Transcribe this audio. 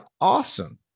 awesome